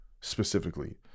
specifically